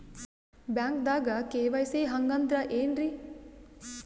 ಬ್ಯಾಂಕ್ದಾಗ ಕೆ.ವೈ.ಸಿ ಹಂಗ್ ಅಂದ್ರೆ ಏನ್ರೀ?